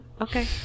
okay